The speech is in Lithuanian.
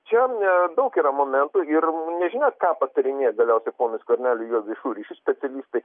čia na daug yra momentų ir nežinia ką patarinėja galiausiai ponui skverneliui jo viešųjų ryšių specialistai